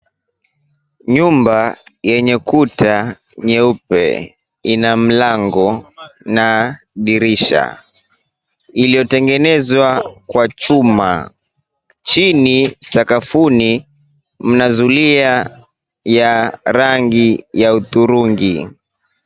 Nyumba yenye kuta nyeupe ina mlango na dirisha lililotengenezwa kwa chuma. Chini sakafuni mna zulia ya rangi ya hudhurungi.